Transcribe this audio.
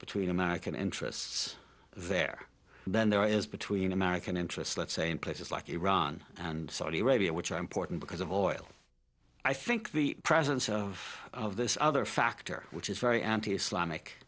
between american interests there then there is between american interests let's say in places like iran and saudi arabia which are important because of oil i think the presence of this other factor which is very anti islamic